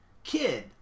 Kid